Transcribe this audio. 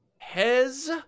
Hez